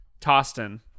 Tostin